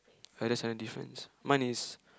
ah there's a difference mine is